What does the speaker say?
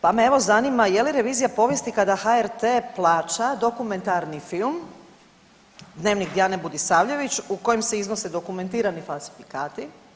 Pa me evo zanima je li revizija povijesti kada HRT plaća dokumentarni film „Dnevnik Diane Budisavljević“ u kojem se iznose dokumentirani falsifikati?